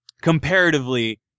comparatively